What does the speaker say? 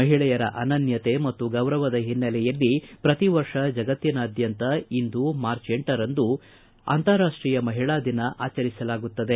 ಮಹಿಳೆಯರ ಅನನ್ಯತೆ ಮತ್ತು ಗೌರವದ ಹಿನ್ನೆಲೆಯಲ್ಲಿ ಪ್ರತಿ ವರ್ಷ ಜಗತ್ತಿನಾದ್ಯಂತ ಇಂದು ಮಾರ್ಚ್ ಎಂಟರಂದು ಅಂತಾರಾಷ್ಷೀಯ ಮಹಿಳಾ ದಿನ ಆಚರಿಸಲಾಗುತ್ತದೆ